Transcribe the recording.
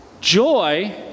Joy